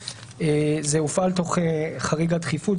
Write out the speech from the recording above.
זה הופעל תוך חריגת דחיפות.